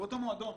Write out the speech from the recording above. באותו מועדון,